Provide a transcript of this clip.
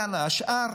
יאללה, השאר,